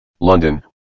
London